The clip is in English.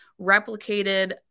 replicated